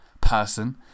person